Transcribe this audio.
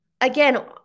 Again